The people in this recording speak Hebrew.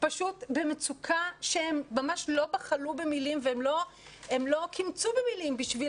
פשוט במצוקה והן ממש לא בחלו במילים ולא קימצו במילים כדי